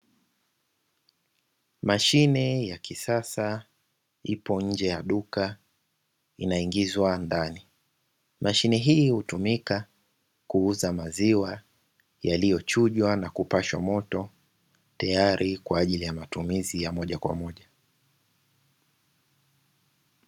Mashine ya kisasa ipo nje ya duka inaingizwa ndani. Mashine hii hutumika kuuza maziwa yaliyochujwa na kupashwa moto tayari kwa ajili ya matumizi ya moja kwa moja.